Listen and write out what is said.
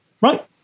right